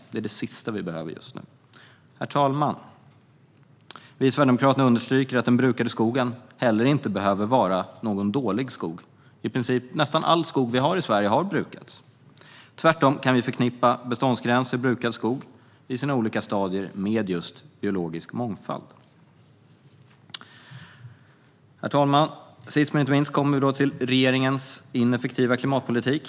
Detta är det sista vi behöver just nu. Herr talman! Vi i Sverigedemokraterna understryker att den brukade skogen heller inte behöver vara någon dålig skog. Nästan all skog vi har i Sverige har brukats. Tvärtom kan vi förknippa beståndsgränser, alltså brukad skog, i olika stadier med just biologisk mångfald. Herr talman! Sist men inte minst kommer vi till regeringens ineffektiva klimatpolitik.